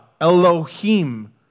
Elohim